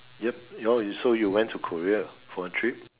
yup oh so you went to Korea for a trip